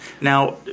Now